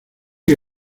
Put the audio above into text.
que